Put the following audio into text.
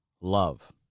love